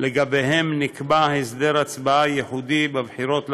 שלגביהם נקבע הסדר הצבעה ייחודי בבחירות לכנסת.